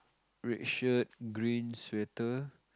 red shirt green sweater